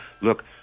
look